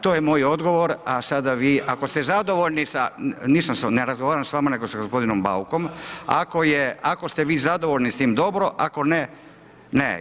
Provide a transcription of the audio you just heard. To je moj odgovor a sada vi ako ste zadovoljni sa, ne razgovaram s vama nego s gospodinom Baukom …... [[Upadica se ne čuje.]] Ako je, ako ste vi zadovoljni s tim dobro, ako ne, ne.